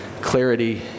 clarity